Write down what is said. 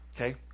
okay